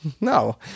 No